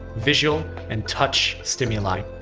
visual and touch stimuli.